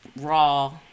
Raw